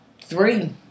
three